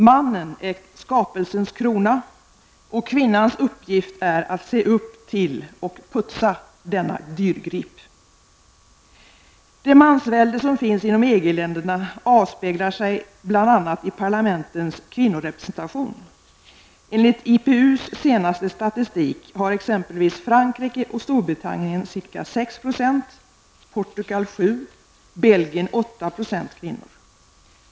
Mannen är skapelsens krona, och kvinnans uppgift är att se upp till och putsa denna dyrgrip. Det mansvälde som finns i EG-länderna avspeglar sig bl.a. i parlamentens kvinnorepresentation. och Belgien 8 % kvinnor.